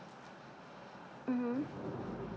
mmhmm